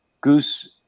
goose